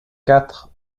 quatre